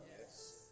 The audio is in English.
Yes